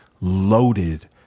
loaded